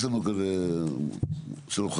זאב,